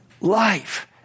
life